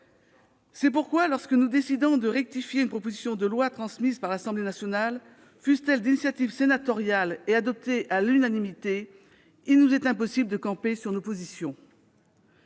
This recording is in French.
C'est pourquoi, lorsque nous décidons de rectifier une proposition de loi transmise par l'Assemblée nationale, fût-elle d'initiative sénatoriale et adoptée à l'unanimité, il nous est impossible de camper sur nos positions.